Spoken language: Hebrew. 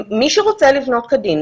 מי שרוצה לבנות כדין,